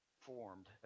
formed